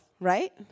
right